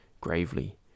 gravely